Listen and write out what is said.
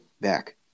back